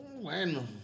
Bueno